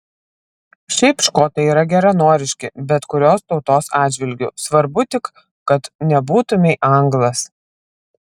šiaip škotai yra geranoriški bet kurios tautos atžvilgiu svarbu tik kad nebūtumei anglas